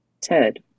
Ted